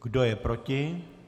Kdo je proti?